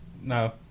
no